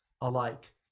alike